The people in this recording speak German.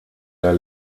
der